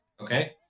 Okay